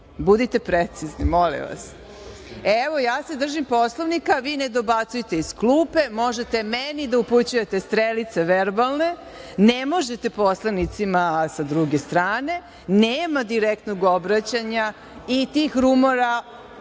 Budite precizni, molim vas. Ja se držim Poslovnika, vi ne dobacujte iz klupe. Možete meni da upućujete strelice verbalne, ne možete poslanicima sa druge strane. Nema direktnog obraćanja i tih rumora